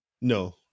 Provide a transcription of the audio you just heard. No